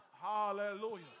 Hallelujah